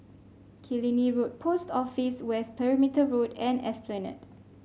Killiney Road Post Office West Perimeter Road and Esplanade